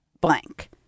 blank